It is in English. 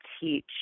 teach